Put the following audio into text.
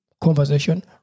conversation